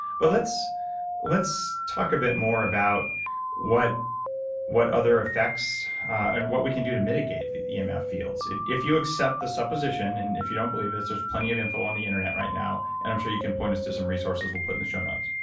but let's let's talk a bit more about what what other effects and what we can do to mitigate um emf fields. if you accept the supposition, and if you don't believe this, there's plenty of info on the internet right now. and i'm sure you can point us to some resources we'll put in the show notes.